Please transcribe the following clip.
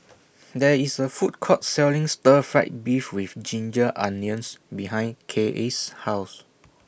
There IS A Food Court Selling Stir Fry Beef with Ginger Onions behind Kaye's House